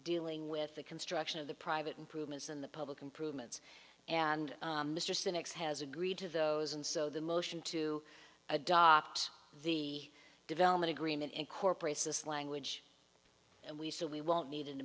dealing with the construction of the private improvements in the public improvements and mr cynic's has agreed to those and so the motion to adopt the development agreement incorporates this language and we so we won't need an